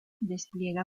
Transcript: despliega